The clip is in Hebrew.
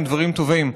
הם דברים טובים.